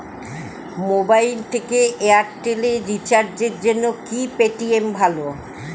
Mobile থেকে Airtel এ রিচার্জের জন্য কি পেটিএম ভালো?